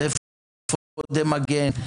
זה אפודי מגן,